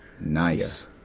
Nice